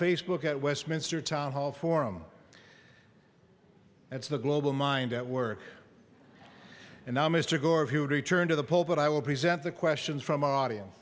facebook at westminster town hall forum that's the global mind at work and now mr gore he would return to the poll but i will present the questions from audience